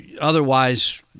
otherwise